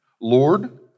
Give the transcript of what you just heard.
Lord